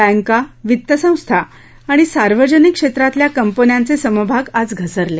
Banca वित्तसंस्था आणि सार्वजनिक क्षेत्रातल्या कंपन्यांचे समभाग आज घसरले